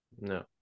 No